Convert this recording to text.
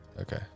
Okay